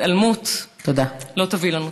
התעלמות לא תביא לנו טוב.